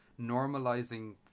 normalizing